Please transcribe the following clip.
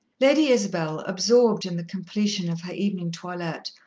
lady isabel, absorbed in the completion of her evening toilette,